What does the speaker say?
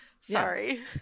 Sorry